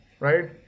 right